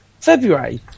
February